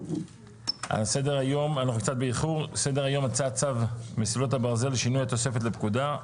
על סדר היום: הצעת צו מסילות הברזל (שינוי התוספת לפקודה),